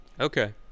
Okay